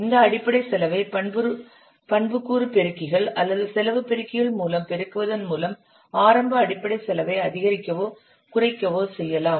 இந்த அடிப்படை செலவை பண்புக்கூறு பெருக்கிகள் அல்லது செலவு பெருக்கிகள் மூலம் பெருக்குவதன் மூலம் ஆரம்ப அடிப்படை செலவை அதிகரிக்கவோ குறைக்கவோ செய்யலாம்